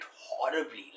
horribly